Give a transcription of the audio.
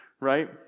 right